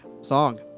song